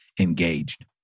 engaged